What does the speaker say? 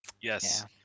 yes